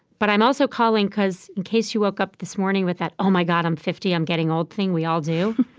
but i'm also calling cause in case you woke up this morning with that, oh my god. i'm fifty. i'm getting old' thing we all do,